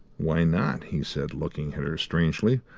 why not? he said, looking at her strangely.